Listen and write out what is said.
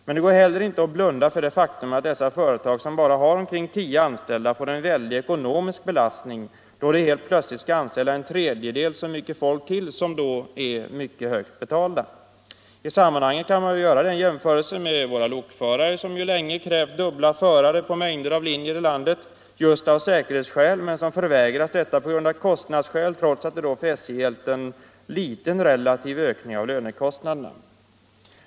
Men det går heller inte att blunda för det faktum att dessa företag, som bara har omkring 10 anställda, får en väldig ekonomisk belastning då de helt plötsligt skall anställa en tredjedel så mycket folk till som alltså är mycket högt betalda. I sammanhanget kan man göra en jämförelse med våra lokförare, som länge krävt dubbla förare på mängder av linjer i landet just av säkerhetsskäl men som förvägrats detta av kostnadsskäl — trots att det då för SJ gällt en liten relativ ökning av lönekostnaderna.